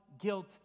guilt